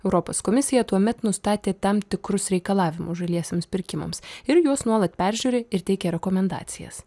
europos komisija tuomet nustatė tam tikrus reikalavimus žaliesiems pirkimams ir juos nuolat peržiūri ir teikia rekomendacijas